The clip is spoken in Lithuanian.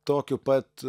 tokių pat